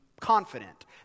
confident